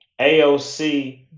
AOC